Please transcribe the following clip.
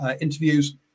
interviews